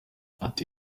ati